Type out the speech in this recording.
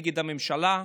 נגד הממשלה,